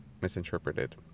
misinterpreted